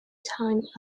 time